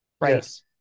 right